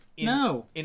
no